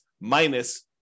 minus